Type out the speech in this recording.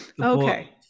okay